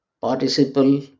participle